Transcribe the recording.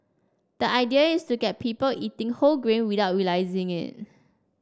the idea is to get people eating whole grain without realising it